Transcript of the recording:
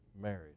married